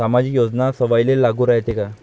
सामाजिक योजना सर्वाईले लागू रायते काय?